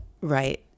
Right